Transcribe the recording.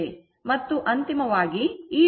ಮತ್ತು ಅಂತಿಮವಾಗಿ ಈ ಬಿಂದುವು 360o ಇರುತ್ತದೆ